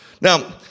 Now